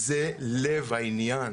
זה לב העניין.